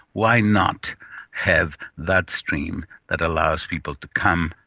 why not have that stream that allows people to come,